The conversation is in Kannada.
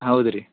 ಹೌದು ರೀ